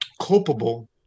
culpable